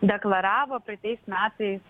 deklaravo praeitais metais